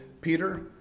peter